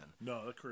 no